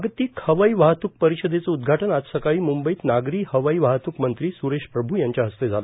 जागतिक हवाई वाहत्क परिषदेचं उदघाटन आज सकाळी मुंबईत नागरी हवाई वाहत्क मंत्री स्रेश प्रभू यांच्या हस्ते झालं